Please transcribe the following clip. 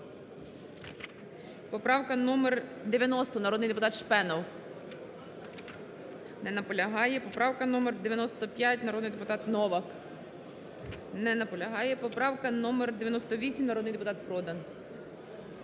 Поправка номер 186, народний депутат Левченко. Не наполягає. Поправка номер 188, народний депутат Бабак. Не наполягає. Поправка номер 189, народний депутат Новак.